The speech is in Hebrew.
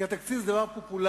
כי התקציב זה דבר פופולרי.